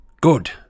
Good